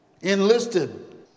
Enlisted